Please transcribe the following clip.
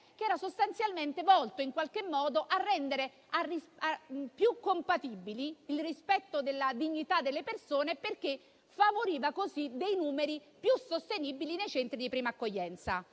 che era sostanzialmente volto a rendere più compatibile il sistema con il rispetto della dignità delle persone, perché favoriva dei numeri più sostenibili nei centri di prima accoglienza.